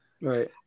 Right